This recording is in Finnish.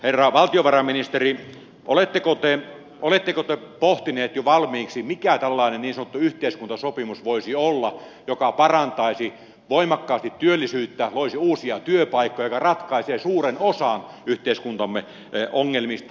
herra valtiovarainministeri oletteko te pohtinut jo valmiiksi mikä tällainen niin sanottu yhteiskuntasopimus voisi olla joka parantaisi voimakkaasti työllisyyttä loisi uusia työpaikkoja mikä ratkaisee suuren osan yhteiskuntamme ongelmista